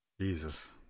Jesus